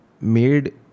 made